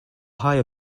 higher